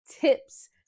tips